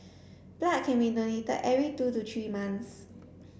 blood can be donated every two to three months